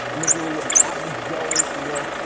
literally an average joe, if you will.